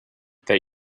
that